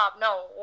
No